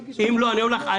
אם לא אני אוביל את זה,